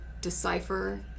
decipher